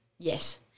Yes